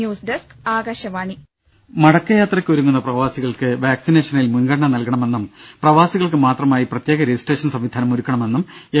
news desk Akashvani ദ്ദേ മടക്കയാത്രക്ക് ഒരുങ്ങുന്ന പ്രവാസികൾക്ക് വാക്സിനേഷനിൽ മുൻഗണന നൽകണമെന്നും പ്രവാസികൾക്ക് മാത്രമായി പ്രത്യേക രജിസ്ട്രേഷൻ സംവിധാനം ഒരുക്കണമെന്നും എം